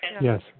Yes